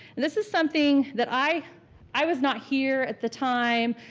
and this is something that i i was not here at the time,